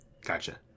Gotcha